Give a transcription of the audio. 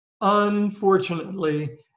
Unfortunately